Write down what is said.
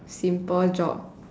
simple job